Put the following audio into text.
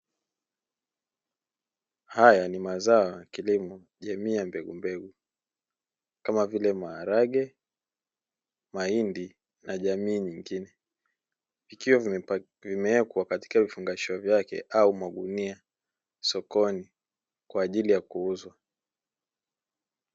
Haya ni mazao ya kilimo jamii ya mbegumbegu kama vile maharage, mahindi na jamii nyingine, ikiwa vimeekwa katika vifungashio vyake au magunia sokoni kwa ajili ya kuuzwa.